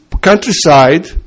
countryside